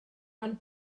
ond